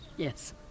Yes